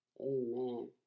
Amen